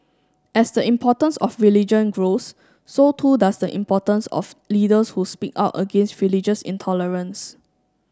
as the importance of religion grows so too does the importance of leaders who speak out against religious intolerance